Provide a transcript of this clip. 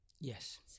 Yes